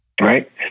Right